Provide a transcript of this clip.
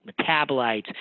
metabolites